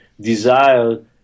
desire